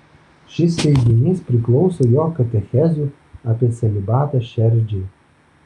šis teiginys priklauso jo katechezių apie celibatą šerdžiai